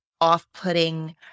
off-putting